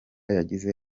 yagize